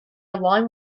along